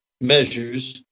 measures